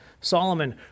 Solomon